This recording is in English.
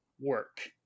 work